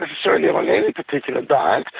necessarily on any particular diet.